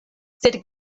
sed